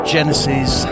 Genesis